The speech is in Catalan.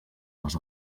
les